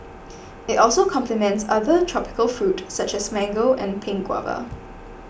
it also complements other tropical fruit such as mango and pink guava